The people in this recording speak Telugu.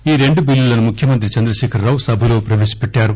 ఈ రెండు బిల్లులను ముఖ్యమంత్రి చంద్రశేఖరరావు సభలో ప్రవేశపెట్టారు